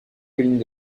collines